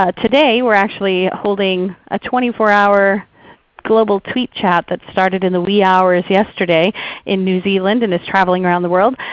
ah today we are actually holding a twenty four hour global tweet chat that started in the wee hours yesterday in new zealand and is traveling around the world,